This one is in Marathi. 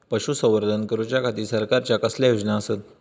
पशुसंवर्धन करूच्या खाती सरकारच्या कसल्या योजना आसत?